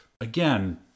again